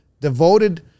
devoted